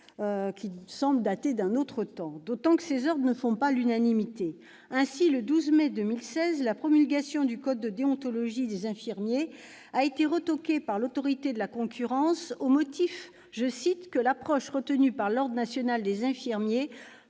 qui semble dater d'un autre temps, d'autant que ces ordres ne font pas l'unanimité ? Ainsi, le 12 mai 2016, la promulgation du code de déontologie des infirmiers a été retoquée par l'Autorité de la concurrence, au motif que « l'approche retenue par l'ONI [l'Ordre national des infirmiers]